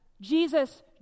Jesus